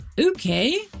Okay